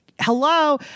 hello